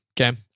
Okay